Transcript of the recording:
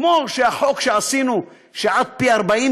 כמו שהחוק שחוקקנו שעד פי 40,